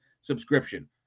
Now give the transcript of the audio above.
subscription